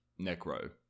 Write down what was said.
Necro